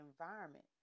environment